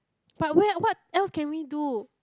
but where what else can we do